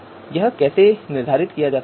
तो यह कैसे किया जाता है